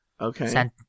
Okay